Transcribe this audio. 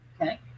Okay